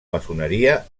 maçoneria